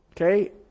Okay